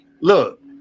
look